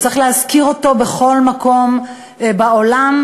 שצריך להזכיר אותו בכל מקום בעולם,